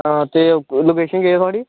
आं ते लोकेशन केह् ऐ थोआढ़ी